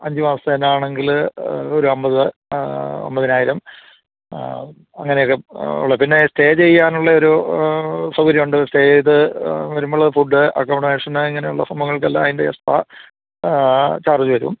അഞ്ചു മാസത്തേനാണെങ്കില് ഒരമ്പത് അമ്പതിനായിരം അങ്ങനെയൊക്കെ ഉള്ള പിന്നെ സ്റ്റേ ചെയ്യാനുള്ള ഒരു സൗകര്യമുണ്ട് സ്റ്റേ ചെയ്തുവരുമ്പോള് ഫുഡ് അക്കമഡേഷന് ഇങ്ങനെയുള്ള സംഭവങ്ങൾക്കെല്ലാം അയിൻ്റെ എക്സ്ട്രാ ചാർജ്ജ് വരും